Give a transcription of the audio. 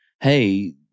hey